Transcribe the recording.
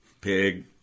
pig